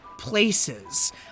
places